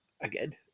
again